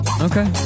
Okay